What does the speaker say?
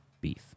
beef